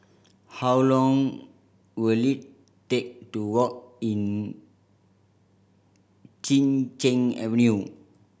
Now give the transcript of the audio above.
how long will it take to walk in Chin Cheng Avenue